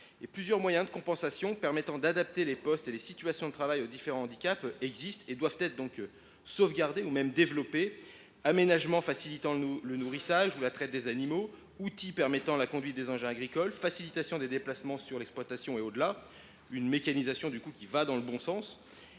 Plusieurs moyens de compensation permettant d’adapter les postes et les situations de travail aux différents handicaps existent et doivent être sauvegardés, voire développés : aménagements facilitant le nourrissage ou la traite des animaux, outils permettant la conduite des engins agricoles, facilitation des déplacements sur l’exploitation et au delà. Tout cela dessine, au fond, une mécanisation qui va dans le bon sens.